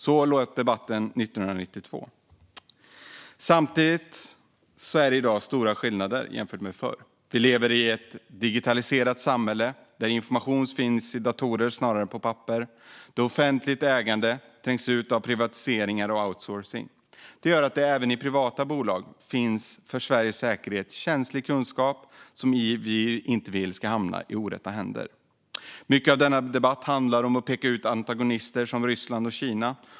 Så lät det i debatten 1992. Samtidigt finns det stora skillnader mellan i dag och förr. Vi lever i dag i ett digitaliserat samhälle där information finns i datorer snarare än på papper och där offentligt ägande trängts ut av privatiseringar och outsourcing. Det gör att det även i privata bolag finns för Sveriges säkerhet känslig kunskap som vi inte vill ska hamna i orätta händer. Mycket av denna debatt handlar om att peka ut antagonister som Ryssland och Kina.